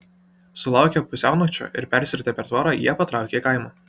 sulaukę pusiaunakčio ir persiritę per tvorą jie patraukė į kaimą